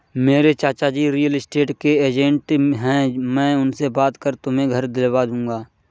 मेरे चाचाजी real estate के एजेंट है मैं उनसे बात कर तुम्हें घर दिलवा दूंगा